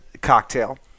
cocktail